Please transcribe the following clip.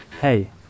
Hey